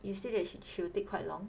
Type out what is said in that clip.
you say that she she will take quite long